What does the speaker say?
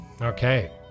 Okay